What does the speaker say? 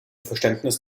verständnis